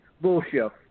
bullshit